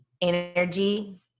energy